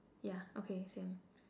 yeah okay same